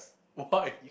why